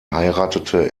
heiratete